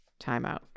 timeout